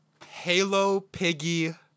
HaloPiggy